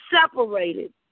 separated